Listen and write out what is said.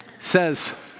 says